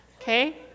Okay